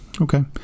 Okay